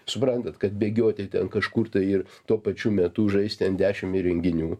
suprantat kad bėgioti ten kažkur tai ir tuo pačiu metu žaisti ant dešim įrenginių